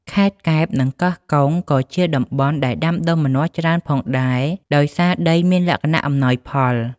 ខេត្តកែប និង កោះកុង ក៏ជាតំបន់ដែលដាំដុះម្នាស់ច្រើនផងដែរ ដោយសារដីមានលក្ខណៈអំណោយផល។